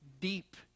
deep